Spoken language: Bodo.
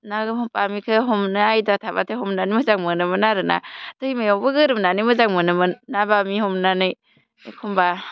ना बामिखौ हमनो आयदा थाबाथाय हमनानै मोजां मोनोमोन आरोना दैमायावबो गोरोमनानै मोजां मोनोमोन ना बामि हमनानै एखम्बा